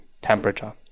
temperature